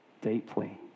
deeply